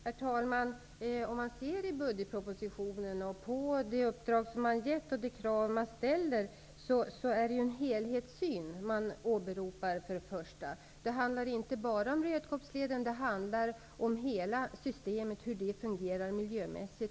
Herr talman! Om man ser på de uppdrag som har getts och på de krav som har ställts i budgetpropositionen åberopas först och främst en helhetssyn. Det handlar inte bara om Rödkobbsleden, utan också om hur hela systemet fungerar miljömässigt.